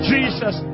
Jesus